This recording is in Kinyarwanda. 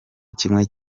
kimwe